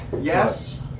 Yes